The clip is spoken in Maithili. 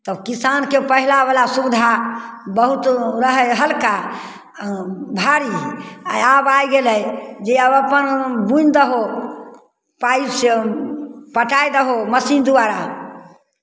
तब किसानकेँ पहिलावला सुविधा बहुत रहय हलका भारी आ आब आबि गेलै जे आब अपन बुनि दहो पाइसँ पटाय दहो मशीन द्वारा